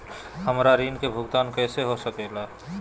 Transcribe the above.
हमरा ऋण का भुगतान कैसे हो सके ला?